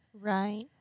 Right